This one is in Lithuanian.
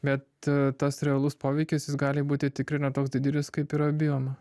bet tas realus poveikis jis gali būti tikrina toks didelis kaip yra bijoma